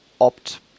opt